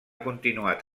continuat